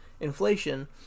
inflation